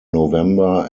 november